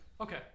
Okay